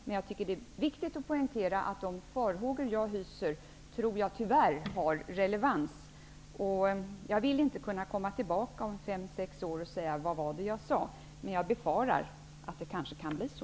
Men jag tycker att det är viktigt att poängtera att jag tror att de farhågor jag hyser tyvärr har relevans. Jag vill inte kunna komma tillbaka om fem eller sex år och säga: Vad var det jag sade? Men jag befarar att det kanske kan bli så.